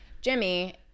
Jimmy